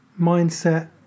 mindset